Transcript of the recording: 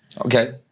Okay